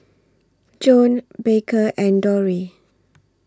Joann Baker and Dori